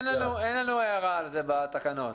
אין לנו הערה על זה בתקנות.